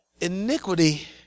Iniquity